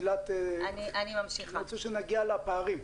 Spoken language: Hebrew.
אני רוצה שנגיע לפערים.